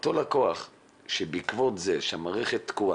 אותו לקוח שבעקבות כך שהמערכת תקועה,